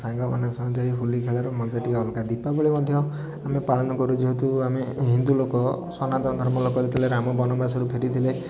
ସାଙ୍ଗମାନଙ୍କ ସାଙ୍ଗରେ ଯାଇକି ହୋଲି ଖେଳର ମଜା ଟିକିଏ ଅଲଗା ଦୀପାବଳି ମଧ୍ୟ ଆମେ ପାଳନ କରୁ ଯେହେତୁ ଆମେ ହିନ୍ଦୁ ଲୋକ ସନାତନ ଧର୍ମ କରିଥିଲେ ରାମ ବନବାସରୁ ଫେରିଥିଲେ